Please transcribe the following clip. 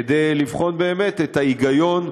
כדי לבחון באמת את ההיגיון,